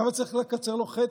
למה צריך לקצר לו חצי?